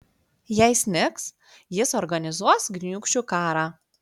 jei snigs jis organizuos gniūžčių karą